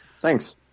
Thanks